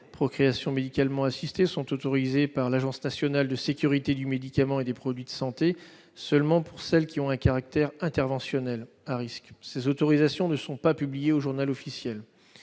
procréation médicalement assistée sont autorisées par l'Agence nationale de sécurité du médicament et des produits de santé (ANSM), seulement pour celles qui ont un caractère interventionnel à risque. Ces autorisations ne sont pas publiées au. Il s'agit